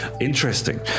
Interesting